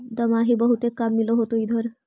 दमाहि बहुते काम मिल होतो इधर?